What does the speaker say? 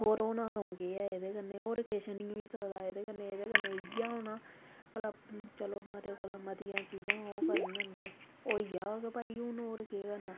होर होना क'ऊं केह् ऐ एह्दे कन्नै होर किश निं होई सकदा एह्दे कन्नै एह्दे कन्नै इ'यै होना भला चलो मते कोला मतियां चीजां ओह् करङन ते होई जाह्ग भाई हून होर केह् करना